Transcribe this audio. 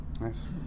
Nice